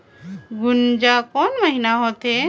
गुनजा कोन महीना होथे?